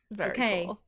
okay